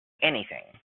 anything